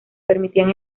permitían